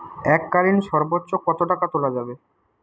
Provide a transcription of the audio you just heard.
এককালীন সর্বোচ্চ কত টাকা তোলা যাবে?